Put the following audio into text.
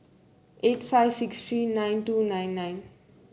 eight five six three nine two nine nine